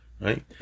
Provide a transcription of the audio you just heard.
Right